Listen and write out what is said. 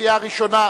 בקריאה ראשונה,